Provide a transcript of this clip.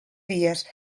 dies